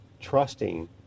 trusting